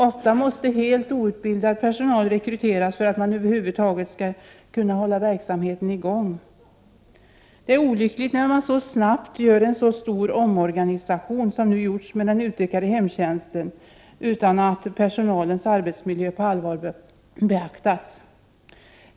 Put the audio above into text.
Ofta måste helt outbildad personal rekryteras för att man över huvud taget skall kunna hålla verksamheten i gång. Det är Prot. 1988/89:32 olyckligt att man så snabbt har gjort en stor omorganisation av den utökade 25 november 1988 hemtjänsten utan att personalens arbetsmiljö på allvar beaktats.